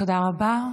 תודה רבה.